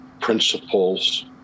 principles